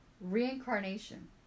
Reincarnation